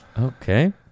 Okay